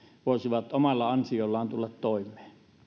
voisivat omalla ansiollaan tulla toimeen